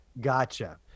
Gotcha